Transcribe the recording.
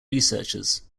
researchers